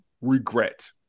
regret